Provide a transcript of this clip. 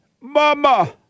Mama